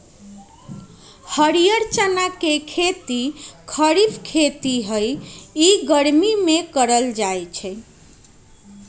हरीयर चना के खेती खरिफ खेती हइ इ गर्मि में करल जाय छै